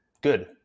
good